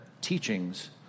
teachings